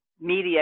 media